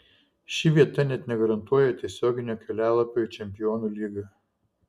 ši vieta net negarantuoja tiesioginio kelialapio į čempionų lygą